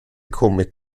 kommit